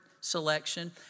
selection